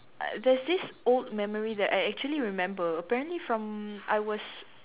uh there's this old memory that I actually remember apparently from I was